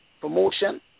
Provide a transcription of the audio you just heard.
promotion